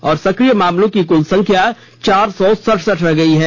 और सक्रिय मामलों की कुल संख्या चार सौ सड़सठ रह गई है